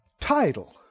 Title